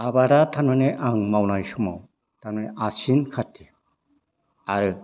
आबादा थारमाने आं मावनाय समाव थांनाय आसिन खाथि आरो